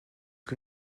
que